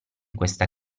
questa